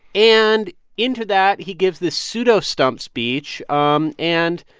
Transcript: and into that, he gives this pseudo stump speech um and,